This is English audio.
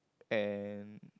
and